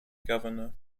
governor